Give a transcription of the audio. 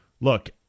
Look